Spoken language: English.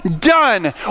done